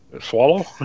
swallow